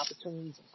opportunities